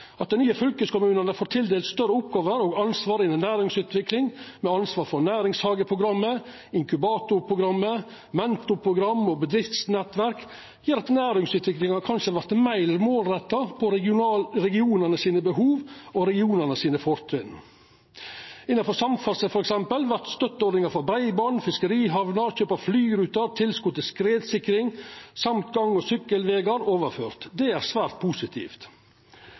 At dei nye fylkeskommunane får tildelt større oppgåver og ansvar innan næringsutvikling, med ansvar for næringshageprogrammet, inkubatorprogrammet, mentorprogram og bedriftsnettverk, gjer at næringsutviklinga kanskje vert meir målretta mot behova og fortrinna i regionane. Innanfor f.eks. samferdsel vert støtteordninga for breiband, fiskerihamner, kjøp av flyruter, tilskot til skredsikring og gang- og sykkelvegar overført. Det er svært positivt.